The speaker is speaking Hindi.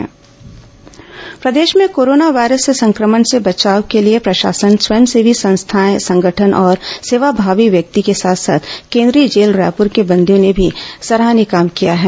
कोरोना मुख्यमंत्री सहायता कोष प्रदेश में कोरोना वायरस के संक्रमण से बचाव के लिए प्रशासन स्वयंसेवी संस्थाएं संगठन और सेवाभावी व्यक्ति के साथ साथ केंद्रीय जेल रायपुर के बंदियों ने भी सराहनीय काम किया है